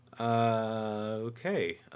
Okay